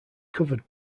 covered